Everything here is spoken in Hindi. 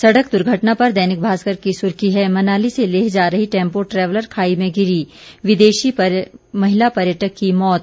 सड़क दुर्घटना पर दैनिक भास्कर की सुर्खी है मनाली से लेह जा रही टैम्पो ट्रैवलर खाई में गिरी विदेशी महिला पर्यटक की मौत